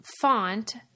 font